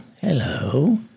hello